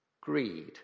greed